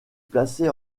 placé